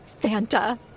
fanta